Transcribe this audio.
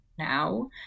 now